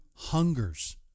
hungers